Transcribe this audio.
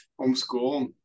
homeschool